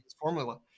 Formula